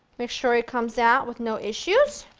make sure it comes out with no issues.